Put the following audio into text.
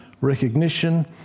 recognition